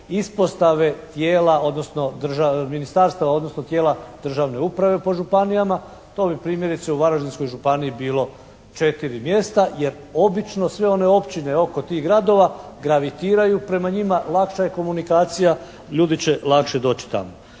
ispostave tijela odnosno, ministarstava odnosno tijela državne uprave po županijama. To bi primjerice u Varaždinskoj županiji bilo 4 mjesta jer obično sve one općine oko tih gradova gravitiraju prema njima. Lakša je komunikacija. Ljudi će lakše doći tamo.